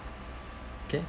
okay